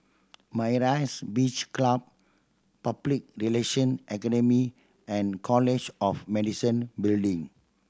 Myra's Beach Club Public Relation Academy and College of Medicine Building